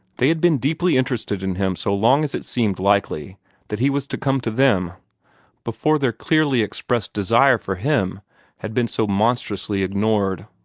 they had been deeply interested in him so long as it seemed likely that he was to come to them before their clearly expressed desire for him had been so monstrously ignored.